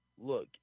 look